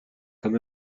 quand